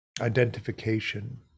identification